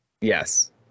Yes